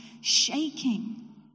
shaking